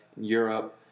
Europe